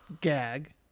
gag